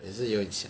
也是有点想